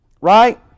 Right